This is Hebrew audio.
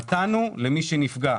נתנו למי שנפגע,